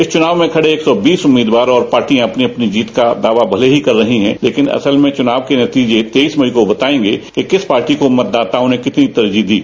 इस चुनाव में खड़े एक सौ बीस उम्मीदवार और पार्टियां अपनी अपनी जीत का दावा भले ही कर रही है लेकिन असल में चुनाव के नतीर्जे तेइस मई को बतायेंगे कि किस पार्टी को मतदाताओं ने कितनी तरजीह दी है